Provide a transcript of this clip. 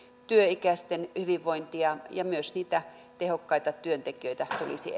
työikäisten hyvinvointia ja myös niitä tehokkaita työntekijöitä tulisi